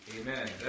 Amen